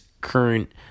current